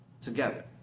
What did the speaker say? together